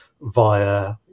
via